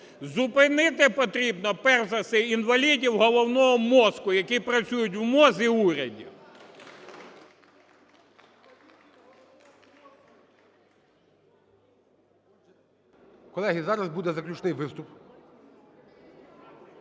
Зупинити потрібно перш за все інвалідів головного мозку, які працюють в МОЗ і уряді. ГОЛОВУЮЧИЙ. Колеги, зараз буде заключний виступ.